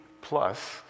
plus